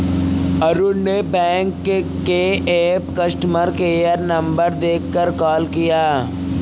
अरुण ने बैंक के app customer care number देखकर कॉल किया